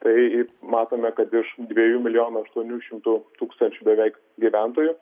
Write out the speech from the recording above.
tai matome kad iš dviejų milijonų aštuonių šimtų tūkstančių beveik gyventojų